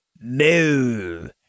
no